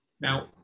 Now